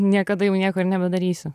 niekada jau nieko ir nebedarysiu